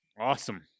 Awesome